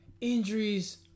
injuries